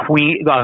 queen